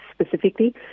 specifically